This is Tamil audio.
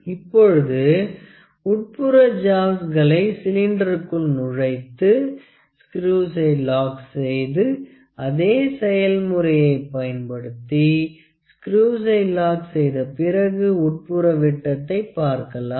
இப்பொழுது உட்புற ஜாவ்ஸ்களை சிலிண்டருக்குள் நுழைத்து ஸ்குரூசை லாக் செய்து அதே செயல் முறையை பயன்படுத்தி ஸ்குரூசை லாக் செய்த பிறகு உட்புற விட்டத்தை பார்க்கலாம்